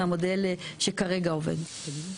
לעומת המודל שעובד כרגע.